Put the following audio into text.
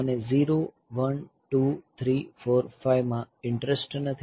મને 0 1 2 3 4 5 માં ઈંટરેસ્ટ નથી